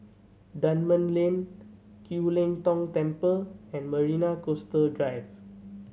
Dunman Lane Kiew Lee Tong Temple and Marina Coastal Drive